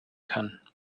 kann